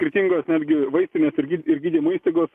skirtingos netgi vaistinės ir gydymo įstaigos